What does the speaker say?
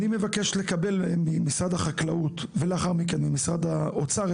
אני מבקש להודות ולאחל בהצלחה לגברתי מנהלת הוועדה.